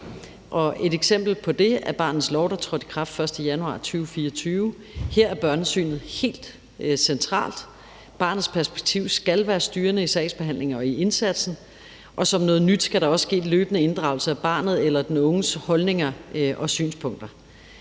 Et eksempel på det er barnets lov, der trådte i kraft den 1. januar 2024. Her er børnesynet helt centralt. Barnets perspektiv skal være styrende i sagsbehandlingen og indsatsen, og som noget nyt skal der også ske løbende inddragelse af barnets eller den unges holdning og synspunkter.